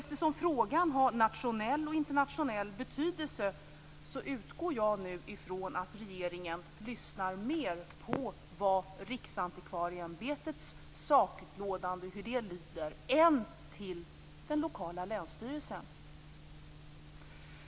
Eftersom frågan har nationell och internationell betydelse utgår jag nu från att regeringen lyssnar mer till hur Riksantikvarieämbetets sakutlåtande lyder än till den lokala länsstyrelsen.